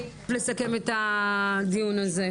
13:58.) אני רוצה תיכף לסכם את הדיון הזה.